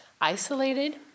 isolated